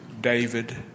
David